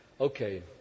Okay